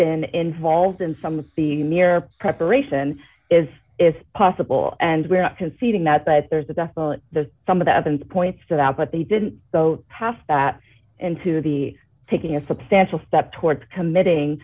been involved in some of the near preparation is possible and we're not conceding that but there's a definite the some of the evidence points that out but they didn't go past that into the taking a substantial step towards committing